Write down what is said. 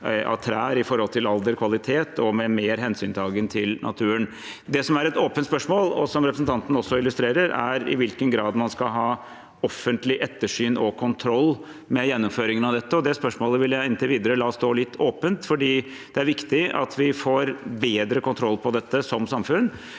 av trær med hensyn til alder og kvalitet og med mer hensyntaken til naturen. Det som er et åpent spørsmål, som representanten også illustrerer, er i hvilken grad man skal ha offentlig ettersyn og kontroll med gjennomføringen av dette. Det spørsmålet vil jeg inntil videre la stå litt åpent fordi det er viktig at vi som samfunn får bedre kontroll på dette, og så